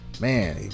Man